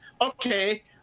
okay